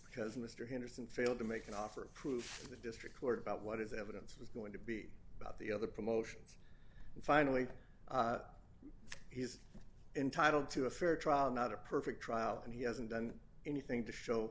because mr henderson failed to make an offer of proof the district court about what is evidence was going to be about the other promotions and finally he's entitled to a fair trial not a perfect trial and he hasn't done anything to show